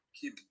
Keep